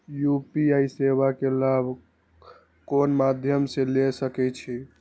UPI सेवा के लाभ कोन मध्यम से ले सके छी?